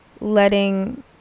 letting